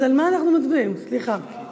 אז על מה אנחנו מצביעים, סליחה?